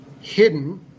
hidden